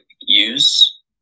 use